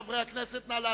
חבר הכנסת כץ טעה בהצבעתו,